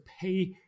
pay